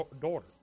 daughter